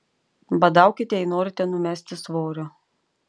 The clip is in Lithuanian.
badaukite jei norite numesti svorio